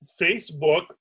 Facebook